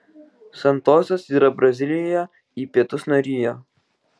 santosas yra brazilijoje į pietus nuo rio